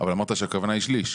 אמרת שהכוונה היא שליש.